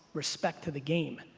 respect to the game.